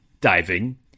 diving